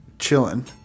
chilling